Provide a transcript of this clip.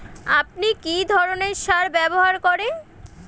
আপনি কী ধরনের সার ব্যবহার করেন?